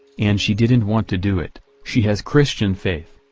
and she didn't want to do it she has christian faith.